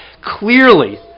clearly